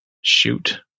shoot